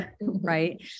right